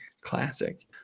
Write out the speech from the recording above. Classic